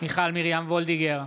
מיכל מרים וולדיגר,